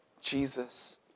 Jesus